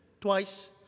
twice